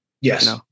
Yes